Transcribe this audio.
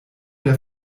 der